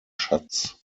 schatz